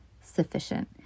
sufficient